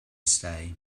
say